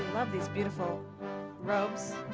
love these beautiful robes